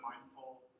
mindful